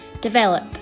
develop